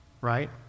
right